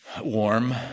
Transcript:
warm